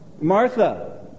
Martha